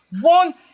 one